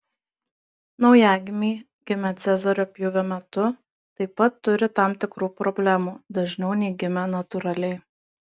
naujagimiai gimę cezario pjūvio metu taip pat turi tam tikrų problemų dažniau nei gimę natūraliai